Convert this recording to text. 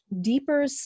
deeper